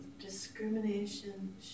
Discrimination